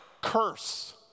Curse